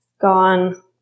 gone